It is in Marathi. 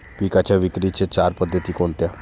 पिकांच्या विक्रीच्या चार पद्धती कोणत्या?